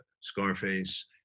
scarface